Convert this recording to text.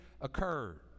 occurred